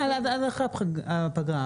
עד אחרי הפגרה.